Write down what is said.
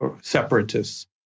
separatists